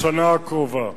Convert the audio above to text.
בשנה הקרובה.